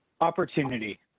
Opportunity